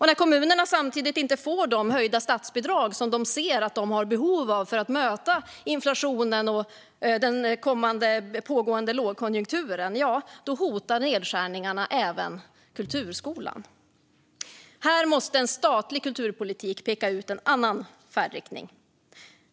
När kommunerna samtidigt inte får de höjda statsbidrag som de ser att de har behov av för att möta inflationen och den pågående lågkonjunkturen, ja, då hotar nedskärningarna även kulturskolan. Här måste en statlig kulturpolitik peka ut en annan färdriktning.